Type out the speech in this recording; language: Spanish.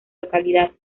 localidad